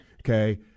Okay